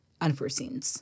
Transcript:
unforeseen